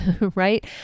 right